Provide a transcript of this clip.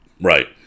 Right